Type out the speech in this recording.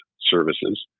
services